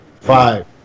five